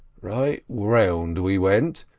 right round we went,